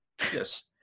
Yes